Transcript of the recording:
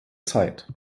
zeit